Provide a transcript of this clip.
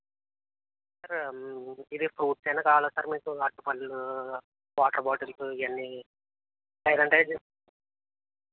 sir ఇది fruits ఏమన్న కావాలా సార్ మీకు అరటిపళ్ళు వాటర్ బాటిల్స్ ఇవి అన్నీఫైవ్ హండ్రెడ్